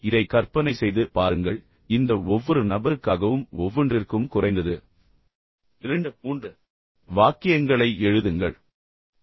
இதை கற்பனை செய்து பாருங்கள் பின்னர் இந்த ஒவ்வொரு நபருக்காகவும் ஒவ்வொன்றிற்கும் குறைந்தது இரண்டு மூன்று வாக்கியங்களை எழுதுங்கள்